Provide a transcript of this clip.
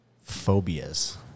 Phobias